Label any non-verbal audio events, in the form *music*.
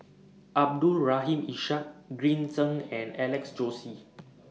Abdul Rahim Ishak Green Zeng and Alex Josey *noise*